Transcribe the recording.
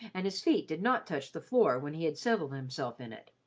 and his feet did not touch the floor when he had settled himself in it,